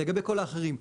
לגבי כל האחרים,